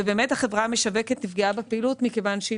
ובאמת החברה המשווקת נפגעה בפעילות מכיוון שהיא